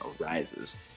arises